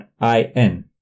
I-N